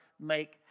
make